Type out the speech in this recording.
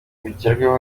bigerweho